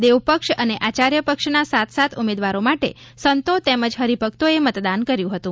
દેવ પક્ષ અને આચાર્ય પક્ષ ના સાત સાત ઉમેદવારો માટે સંતો તેમજ હરિભક્તો એ મતદાન કર્યું હતું